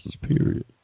period